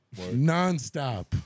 nonstop